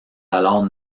alors